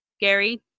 Gary